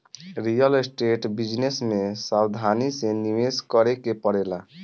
real estate business में सावधानी से निवेश करे के पड़ेला